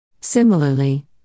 Similarly